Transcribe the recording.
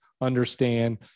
understand